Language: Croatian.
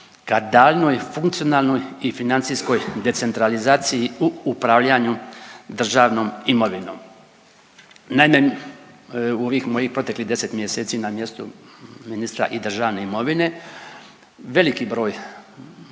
ka daljnjoj funkcionalnoj i financijskoj decentralizaciji u upravljanju državnom imovinom. Naime, u ovih mojih proteklih 10 mjeseci na mjestu ministra i državne imovine veliki broj